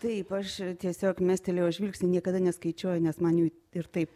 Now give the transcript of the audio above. taip aš tiesiog mestelėjau žvilgsnį niekada neskaičiuoju nes man jų ir taip